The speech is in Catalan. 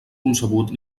concebut